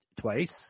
twice